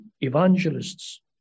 evangelists